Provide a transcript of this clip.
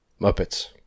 Muppets